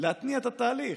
להתניע את התהליך,